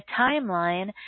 timeline